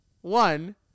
one